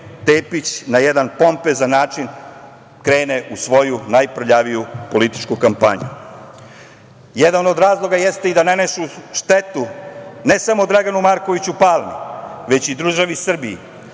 Tepić, na jedan pompezan način krene u svoju najprljaviju političku kampanju. Jedan od razloga jeste i da nanesu štetu ne samo Draganu Markoviću Palmi, već i državi Srbiji.